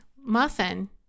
muffin